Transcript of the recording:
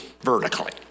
vertically